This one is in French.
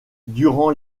durant